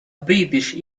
british